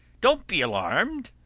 don't be alarmed.